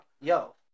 yo